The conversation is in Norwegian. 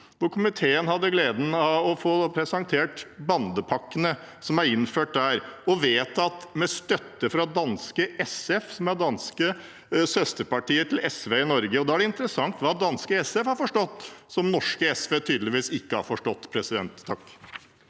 hadde komiteen gleden av å få presentert bandepakkene som er innført der, og vedtatt med støtte fra danske SF, som er det danske søsterpartiet til SV her i Norge. Det er interessant hva danske SF har forstått, som norske SV tydeligvis ikke har forstått. Ivar B.